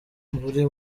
buri